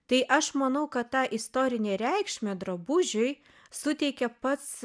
tai aš manau kad tą istorinę reikšmę drabužiui suteikia pats